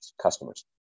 customers